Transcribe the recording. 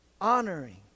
honoring